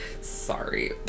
Sorry